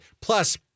Plus